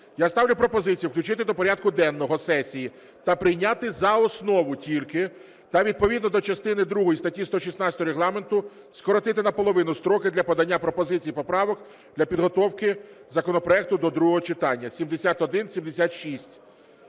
Я ставлю пропозицію включити до порядку денного сесії та прийняти за основу тільки та відповідно до частини другої статті 116 Регламенту скоротити наполовину строки для подання пропозицій і поправок для підготовки законопроекту до другого читання (7176).